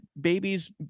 babies